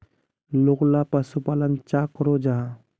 लोकला पशुपालन चाँ करो जाहा?